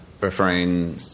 referring